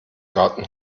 garten